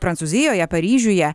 prancūzijoje paryžiuje